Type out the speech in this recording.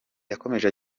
yakomeje